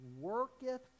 worketh